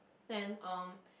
then um